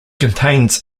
contains